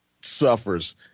suffers